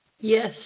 Yes